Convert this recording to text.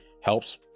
helps